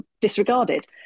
disregarded